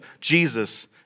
Jesus